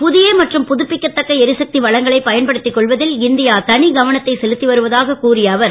புதிய மற்றும் புதுப்பிக்கத்தக்க எரிசக்தி வளங்களை பயன்படுத்திக் கொள்வதில் இந்தியா தனி கவனத்தை செலுத்தி வருவதாக கூறிய அவர்